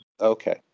Okay